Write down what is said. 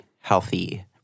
healthy